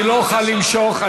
לא אוכל למשוך.